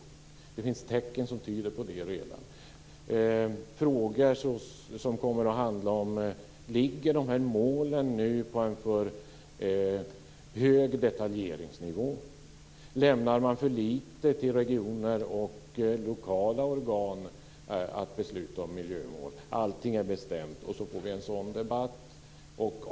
Det finns redan tecken som tyder på det. Det gäller frågor som handlar om detta: Ligger målen nu på en för hög detaljnivå? Lämnar man för lite till regioner och lokala organ när det gäller att besluta om miljömål? Allting är bestämt. Så får vi en sådan debatt.